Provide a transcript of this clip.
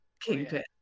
kingpin